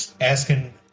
asking